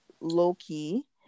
Low-key